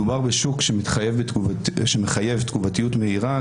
מדובר בשוק שמחייב תגובתיות מהירה,